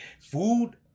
food